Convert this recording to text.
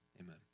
amen